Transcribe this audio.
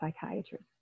psychiatrist